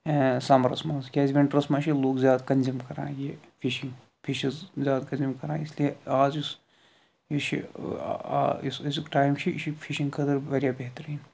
summers منٛز کیٛازِ winters منٛز چھُ لوٚک زیادٕ کنزیوٗم کران اِس لیے آز یُس یہِ چھُ یُس أزِیُک ٹایِم چھُ فِشنگ خٲطرٕ واریاہ بہتریٖن